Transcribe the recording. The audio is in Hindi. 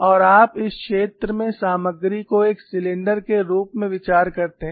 और आप इस क्षेत्र में सामग्री को एक सिलेंडर के रूप में विचार करते हैं